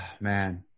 Man